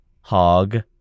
hog